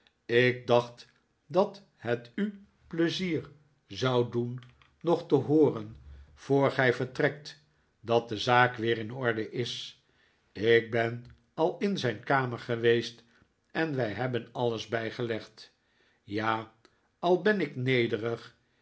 ik dacht dat hef u pleizier zou doen nog te hooren voor gij vertrekt dat de zaak weer in orde is ik ben al in zijn kamer geweest en wij hebben alles bijgelegd ja al ben ik nederig